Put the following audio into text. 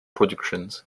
productions